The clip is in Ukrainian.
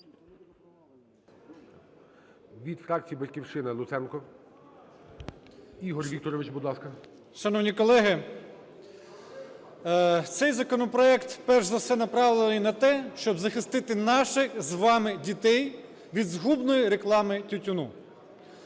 Від фракції "Батьківщина" Луценко Ігор Вікторович, будь ласка. 13:42:29 ЛУЦЕНКО І.В. Шановні колеги, цей законопроект, перш за все, направлений на те, щоб захистити наших з вами дітей від згубної реклами тютюну.